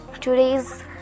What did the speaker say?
today's